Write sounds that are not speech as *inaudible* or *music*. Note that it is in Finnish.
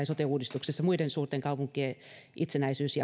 *unintelligible* sote uudistuksessa muiden suurten kaupunkien itsenäisyys ja